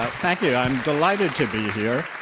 ah thank you, i'm delighted to be here.